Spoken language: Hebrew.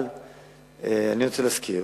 אני רוצה להזכיר